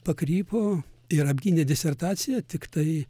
pakrypo ir apgynė disertaciją tiktai